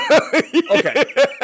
okay